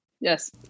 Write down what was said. yes